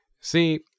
See